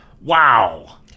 Wow